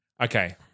Okay